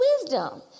wisdom